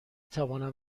توانم